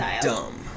dumb